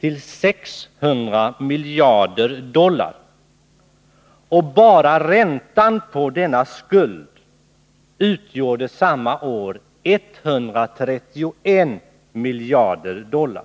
till 600 miljarder dollar, och bara räntan på denna skuld utgjorde samma år 131 miljarder dollar.